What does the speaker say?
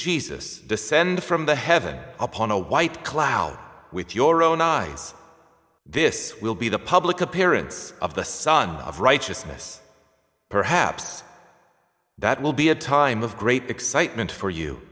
jesus descend from the heaven upon a white cloud with your own eyes this will be the public appearance of the sun of righteousness perhaps that will be a time of great excitement for you